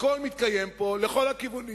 הכול מתקיים פה לכל הכיוונים,